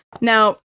Now